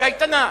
קייטנה.